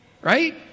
right